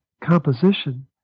composition